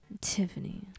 Tiffany